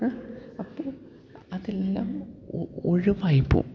അപ്പോള് അതെല്ലാം ഒഴിവായിപ്പോകും